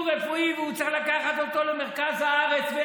רפואי והוא צריך לקחת אותו למרכז הארץ,